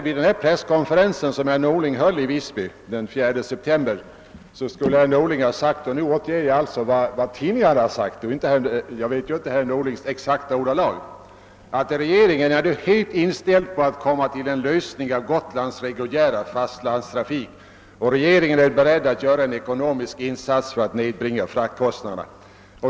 Vid den presskonferens som herr Norling höll i Visby den 4 september skulle herr Norling ha sagt — nu återger jag alltså vad tidningarna har refererat, jag vet ju inte exakt vilka ordlag herr Norling använde — att regeringen är helt inställd på att nå fram till en lösning av Gotlands reguljära fastlandstrafik och att regeringen är beredd att göra en ekonomisk insats för att nedbringa fraktkostnaderna.